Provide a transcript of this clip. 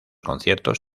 conciertos